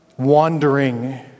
wandering